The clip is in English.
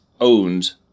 owned